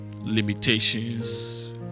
limitations